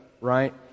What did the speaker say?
right